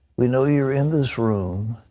we know you're in this room.